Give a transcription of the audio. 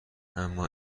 اما